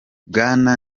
bwana